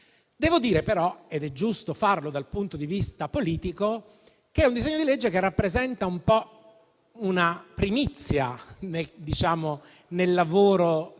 Devo dire, però, ed è giusto farlo dal punto di vista politico, che questo disegno di legge rappresenta una primizia nel lavoro del